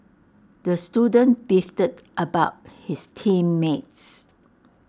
the student beefed about his team mates